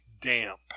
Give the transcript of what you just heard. damp